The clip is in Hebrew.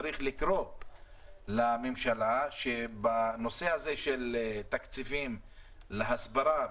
צריך לקרוא לממשלה בנושא תקציבים להסברה,